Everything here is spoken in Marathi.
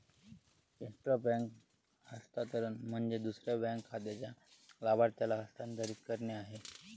इंट्रा बँक हस्तांतरण म्हणजे दुसऱ्या बँक खात्याच्या लाभार्थ्याला हस्तांतरित करणे आहे